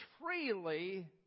freely